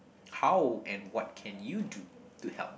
how and what can you do to help them